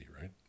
right